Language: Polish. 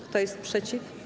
Kto jest przeciw?